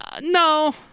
No